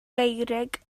feurig